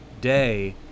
day